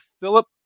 Philip